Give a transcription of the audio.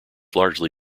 largely